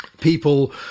people